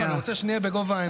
לא, אני רוצה שנהיה בגובה העיניים.